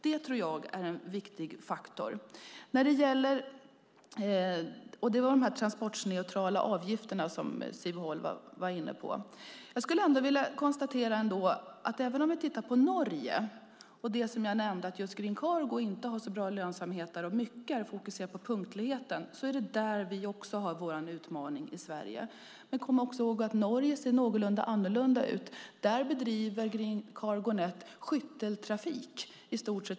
Jag tror att det är en viktig faktor. Siv Holma var inne på de här transportslagsneutrala avgifterna. Låt oss titta på Norge. Jag nämnde att Green Cargo inte har så bra lönsamhet där. Mycket är fokuserat på punktligheten. Där har vi i Sverige också vår utmaning. Vi ska också komma ihåg att Norge ser lite annorlunda ut. Där bedriver Cargo Net skytteltrafik.